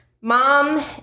mom